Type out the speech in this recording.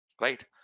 right